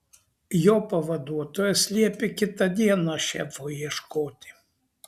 jo pavaduotojas liepė kitą dieną šefo ieškoti